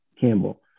Campbell